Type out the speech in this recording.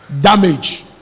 damage